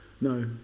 No